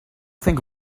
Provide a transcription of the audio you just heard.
think